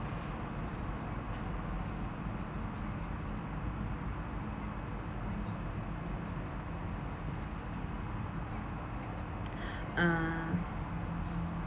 uh